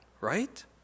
Right